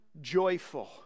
joyful